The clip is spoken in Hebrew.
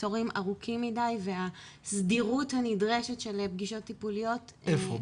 התורים ארוכים מדי והסדירות הנדרשת של פגישות טיפוליות היא --- איפה?